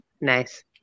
Nice